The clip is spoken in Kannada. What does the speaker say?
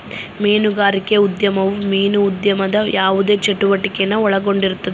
ಮೀನುಗಾರಿಕೆ ಉದ್ಯಮವು ಮೀನು ಉದ್ಯಮದ ಯಾವುದೇ ಚಟುವಟಿಕೆನ ಒಳಗೊಂಡಿರುತ್ತದೆ